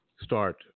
start